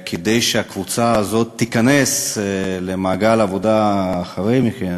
כדי שהקבוצה הזאת תיכנס למעגל העבודה אחרי כן.